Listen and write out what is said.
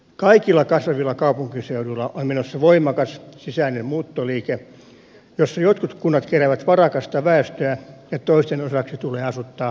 kaikilla kasvavilla kaupunkiseuduilla on menossa voimakas sisäinen muuttoliike joissa jotkut kunnat keräävät varakasta väestöä ja toisten osaksi tulee asuttaa vähävaraisia